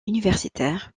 universitaire